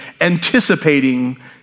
anticipating